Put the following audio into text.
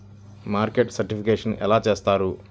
Market certification ఎలా చేస్తారు?